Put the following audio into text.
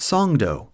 Songdo